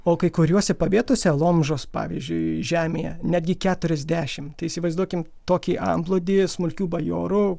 o kai kuriuose pavietuose lomžos pavyzdžiui žemėje netgi keturiasdešimt tai įsivaizduokim tokį antplūdį smulkių bajorų